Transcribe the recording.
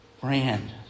brand